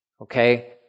Okay